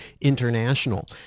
international